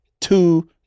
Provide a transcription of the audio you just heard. two